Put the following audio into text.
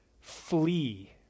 Flee